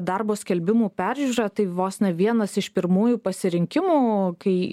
darbo skelbimų peržiūrą tai vos ne vienas iš pirmųjų pasirinkimų kai